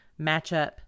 matchup